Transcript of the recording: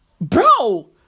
Bro